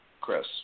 Chris